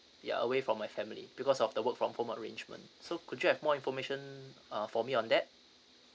ya away from my family because of the work from home arrangement so could you have more information uh for me on that